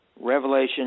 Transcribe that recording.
Revelation